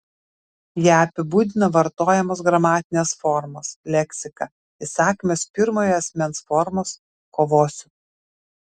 ją apibūdina vartojamos gramatinės formos leksika įsakmios pirmojo asmens formos kovosiu